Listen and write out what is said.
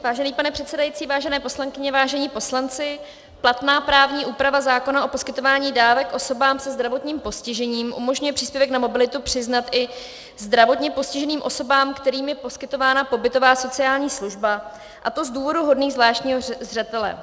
Vážený pane předsedající, vážené poslankyně, vážení poslanci, platná právní úprava zákona o poskytování dávek osobám se zdravotním postižením umožňuje příspěvek na mobilitu přiznat i zdravotně postiženým osobám, kterým je poskytována pobytová sociální služba, a to z důvodů hodných zvláštního zřetele.